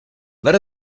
let